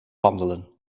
wandelen